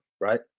right